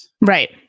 Right